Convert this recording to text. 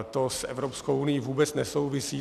To s Evropskou unií vůbec nesouvisí.